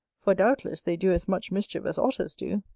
for doubtless they do as much mischief as otters do.